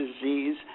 disease